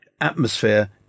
atmosphere